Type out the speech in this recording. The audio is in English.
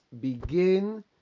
begin